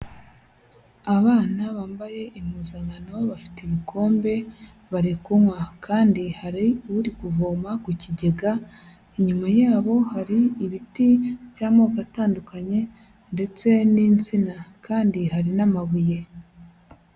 Abana bambaye impuzankano bafite ibikombe barikunywa kandi hari uri kuvoma ku kigega, inyuma y'abo hari ibiti by'amoko atandukanye ndetse n'insina kandi hari n'amabuye.